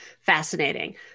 fascinating